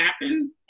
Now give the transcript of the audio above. happen